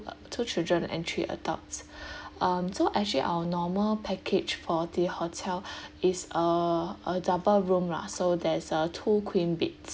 two children and three adults um so actually our normal package for the hotel is a a double room lah so there's a two queen beds